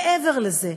מעבר לזה,